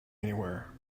anywhere